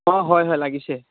অঁ হয় হয় লাগিছে